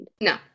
No